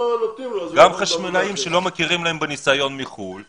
גם חשמלאים שלא מכירים להם בניסיון מחוץ לארץ,